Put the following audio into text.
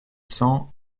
cents